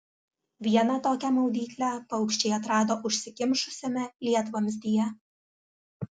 vieną tokią maudyklę paukščiai atrado užsikimšusiame lietvamzdyje